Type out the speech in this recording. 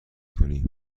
کنی